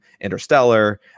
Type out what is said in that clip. Interstellar